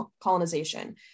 colonization